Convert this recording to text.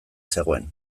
zegoen